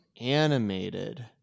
Animated